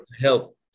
help